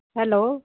hello